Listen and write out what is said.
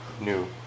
new